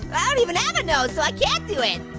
i don't even have a nose so i can't do it.